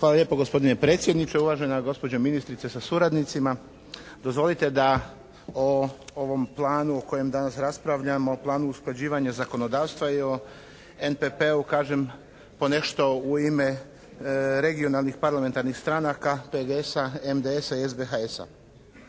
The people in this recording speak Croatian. Hvala lijepa gospodine predsjedniče. Uvažena gospođo ministrice sa suradnicima. Dozvolite da o ovom planu o kojem danas raspravljamo, Planu usklađivanja zakonodavstva i o NPP-u kažem ponešto u ime regionalnih parlamentarnih stranaka PGS-a, MDS-a i SBHS-a.